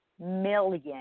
million